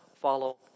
follow